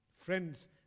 friends